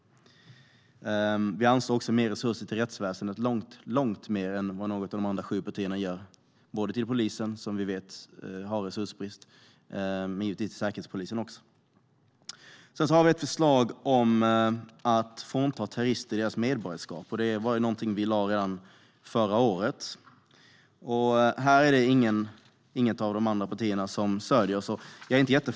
Vi anslår mer resurser till rättsväsendet - långt mer än vad något av de andra sju partierna gör. Det gäller polisen, som vi vet har resursbrist, och givetvis också säkerhetspolisen. Vi har ett förslag om att frånta terrorister deras medborgarskap. Det är något vi lade fram redan förra året. Det är inget av de andra partierna som stöder oss i detta.